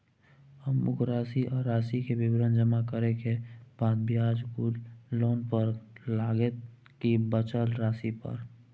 अमुक राशि आ राशि के विवरण जमा करै के बाद ब्याज कुल लोन पर लगतै की बचल राशि पर?